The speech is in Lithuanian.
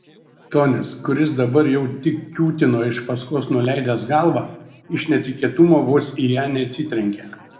tonis kuris dabar jau tik kiūtino iš paskos nuleidęs galvą iš netikėtumo vos į ją neatsitrenkė